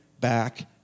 back